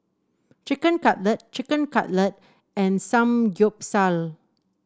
Chicken Cutlet Chicken Cutlet and Samgyeopsal